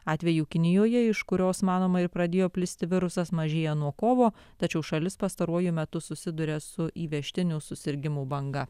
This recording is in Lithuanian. atvejų kinijoje iš kurios manoma ir pradėjo plisti virusas mažėja nuo kovo tačiau šalis pastaruoju metu susiduria su įvežtinių susirgimų banga